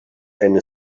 eine